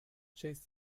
chase